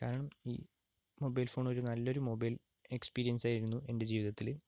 കാരണം ഈ mobile phone ഒരു നല്ലൊരു മൊബൈൽ എക്സ്പീരിയൻസ് ആയിരുന്നു എൻ്റെ ജീവിതത്തിൽ